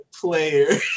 player